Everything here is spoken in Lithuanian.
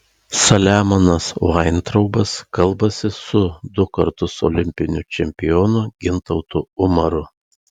saliamonas vaintraubas kalbasi su du kartus olimpiniu čempionu gintautu umaru